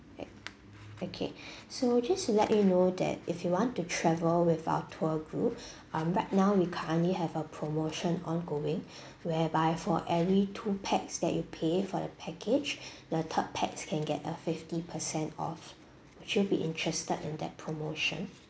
okay so just to let you know that if you want to travel with our tour group um right now we currently have a promotion ongoing whereby for every two pax that you pay for the package the third pax can get a fifty percent off would you be interested in that promotion